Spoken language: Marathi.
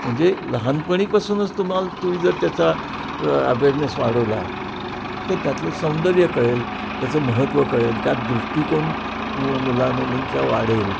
म्हणजे लहानपणीपासूनच तुम्हाला तुम्ही जर त्याचा अवेअरनेस वाढवला तर त्यातलं सौंदर्य कळेल त्याचं महत्त्व कळेल त्या दृष्टिकोन मुला मुलींचा वाढेल